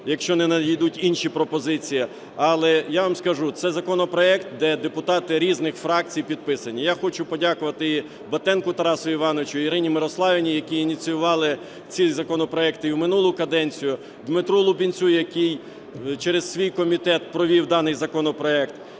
якщо не надійдуть інші пропозиції. Але я вам скажу, це законопроект, де депутати різних фракцій підписані. Я хочу подякувати і Батенку Тарасу Івановичу, і Ірині Мирославівні, які ініціювали ці законопроекти і в минулу каденцію, Дмитру Лубінцю, який через свій комітет провів даний законопроект.